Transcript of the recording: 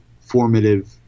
formative